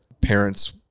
parents